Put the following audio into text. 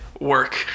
work